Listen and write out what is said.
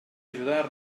ajudar